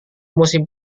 musim